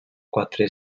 quatre